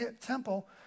temple